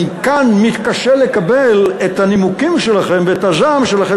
אני מתקשה לקבל כאן את הנימוקים שלכם ואת הזעם שלכם